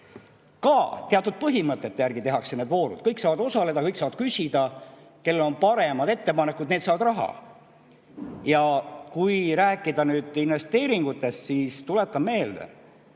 Teatud põhimõtete kohaselt tehakse need voorud. Kõik saavad osaleda, kõik saavad küsida, kellel on paremad ettepanekud, need saavad raha. Ja kui rääkida nüüd investeeringutest, siis tuletan meelde,